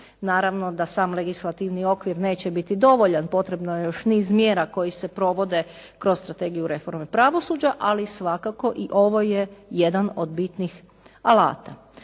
Naravno da sam legislativni okvir neće biti dovoljan, potrebno je još niz mjera koje se provode kroz strategiju reforme pravosuđa, ali svakako i ovo je jedan od bitnih alata.